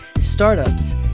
startups